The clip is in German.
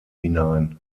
hinein